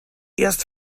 erst